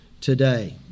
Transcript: today